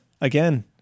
Again